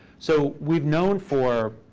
so we've known for,